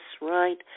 right